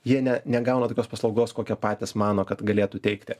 jie ne negauna tokios paslaugos kokią patys mano kad galėtų teikti